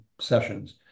sessions